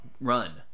Run